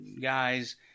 guys